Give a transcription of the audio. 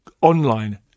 online